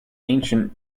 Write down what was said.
ancient